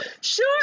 sure